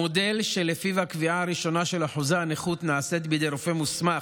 המודל שלפיו הקביעה הראשונה של אחוזי הנכות נעשית בידי רופא מוסמך,